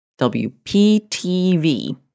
WPTV